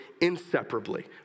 inseparably